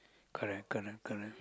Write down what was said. correct correct correct